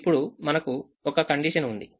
ఇప్పుడు మనకు ఒక కండిషన్ ఉంది